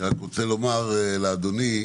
אני רוצה לומר לאדוני,